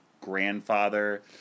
grandfather